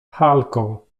halko